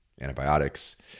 antibiotics